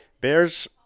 bears